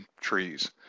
trees